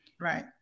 Right